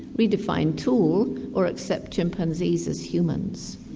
redefine tool or accept chimpanzees as humans.